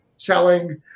Selling